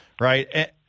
right